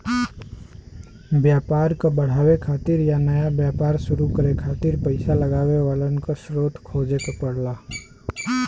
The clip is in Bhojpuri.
व्यापार क बढ़ावे खातिर या नया व्यापार शुरू करे खातिर पइसा लगावे वालन क स्रोत खोजे क पड़ला